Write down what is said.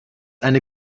eine